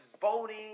voting